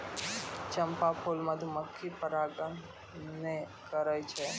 चंपा फूल मधुमक्खी परागण नै करै छै